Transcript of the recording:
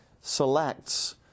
selects